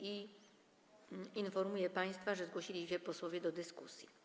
Informuję państwa, że zgłosili się posłowie do dyskusji.